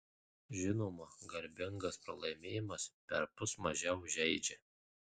žinoma garbingas pralaimėjimas perpus mažiau žeidžia